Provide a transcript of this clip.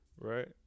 right